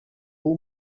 all